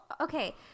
okay